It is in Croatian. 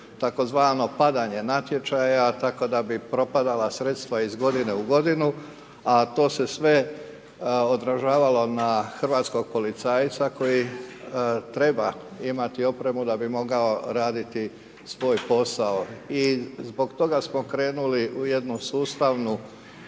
tzv. padanje natječaja tako da bi propadala sredstva iz godine u godinu, a to se sve odražavalo na hrvatskog policajca koji treba imati opremu da bi mogao raditi svoj posao. I zbog toga smo krenuli u jednu sustavnu